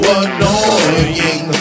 annoying